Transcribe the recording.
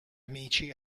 amici